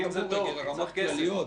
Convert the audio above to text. תקנים זה טוב, צריך כסף.